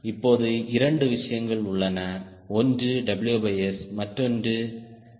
இப்போது 2 விஷயங்கள் உள்ளன ஒன்று WS மற்றொன்று CL